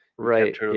Right